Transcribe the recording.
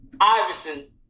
Iverson